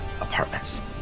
Apartments